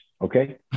okay